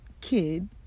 kid